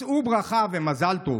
שאו ברכה ומזל טוב.